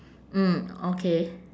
mm okay